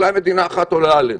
אולי מדינה אחת עולה עלינו.